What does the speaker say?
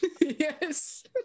Yes